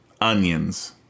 onions